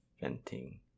venting